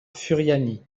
furiani